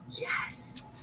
yes